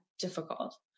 difficult